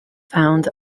found